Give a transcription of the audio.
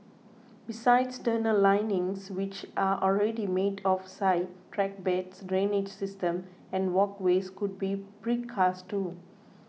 besides tunnel linings which are already made off site track beds drainage system and walkways could be precast too